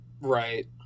Right